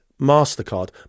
mastercard